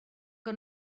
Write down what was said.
que